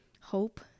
hope